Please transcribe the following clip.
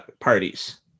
parties